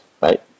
Right